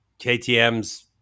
KTMs